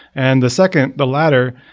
and the second, the latter,